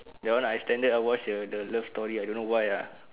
that one I standard I watch the the love story I don't know why ah